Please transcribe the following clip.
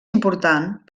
important